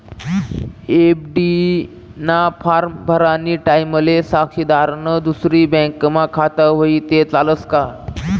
FD ना form भरानी टाईमले साक्षीदारनं दुसरी बँकमा खातं व्हयी ते चालस का